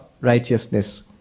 righteousness